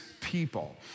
people